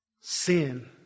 sin